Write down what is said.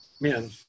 man